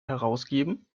herausgeben